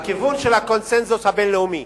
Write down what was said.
הכיוון של הקונסנזוס הבין-לאומי.